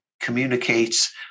communicates